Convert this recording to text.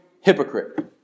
hypocrite